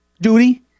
duty